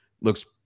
looks